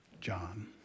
John